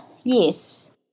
yes